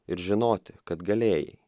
ir žinoti kad galėjai